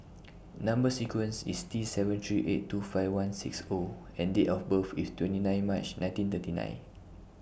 Number sequence IS T seven three eight two five one six O and Date of birth IS twenty nine March nineteen thirty nine